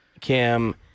Kim